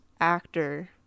actor